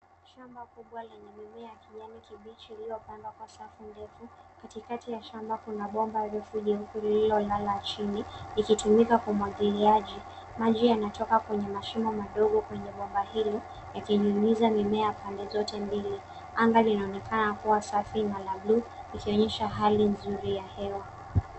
Shamba kubwa lenye mimea ya kijani kibichi lililopandwa kwa safu ndefu. Katikati ya shamba, kuna bomba refu jeupe lililolala chini likitumika kwa umwagiliaji. Maji yanatoka kwenye mashimo madogo kwenye bomba hili yakinyunyiza mimea pande zote mbili. Anga linaonekana kuwa safi na la bluu likionyesha hali nzuri ya hewa.